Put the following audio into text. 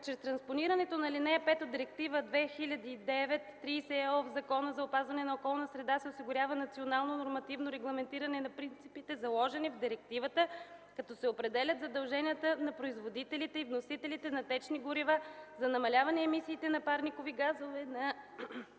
Чрез транспонирането на ал. 5 от Директива 2009/30/ЕО в Закона за опазване на околната среда се осигурява национално нормативно регламентиране на принципите, заложени в директивата, като се определят задълженията на производителите и вносителите на течни горива за намаляване емисиите на парникови газове на